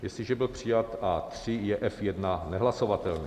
Jestliže byl přijat A3, je F1 nehlasovatelný.